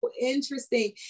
interesting